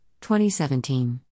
2017